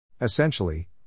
Essentially